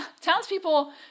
townspeople